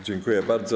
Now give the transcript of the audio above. Dziękuję bardzo.